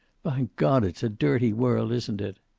by god, it's a dirty world, isn't it?